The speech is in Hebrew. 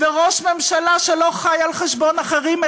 וראש ממשלה שלא חי על חשבון אחרים,